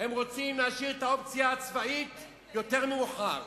הם רוצים להשאיר את האופציה הצבאית ליותר מאוחר.